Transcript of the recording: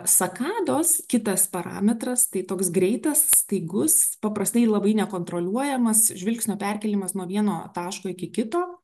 sakados kitas parametras tai toks greitas staigus paprastai labai nekontroliuojamas žvilgsnio perkėlimas nuo vieno taško iki kito